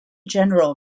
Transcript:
general